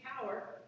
power